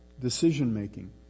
decision-making